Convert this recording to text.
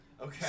Okay